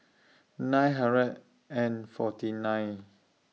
nine hundred and forty nine